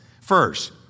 First